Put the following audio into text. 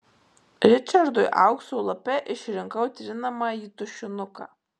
ričardui aukso lape išrinkau trinamąjį tušinuką